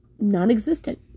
non-existent